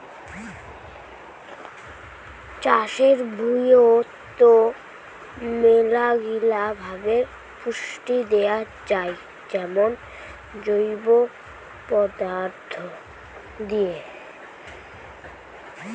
চাষের ভুঁইয়ত মেলাগিলা ভাবে পুষ্টি দেয়া যাই যেমন জৈব পদার্থ দিয়ে